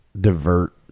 divert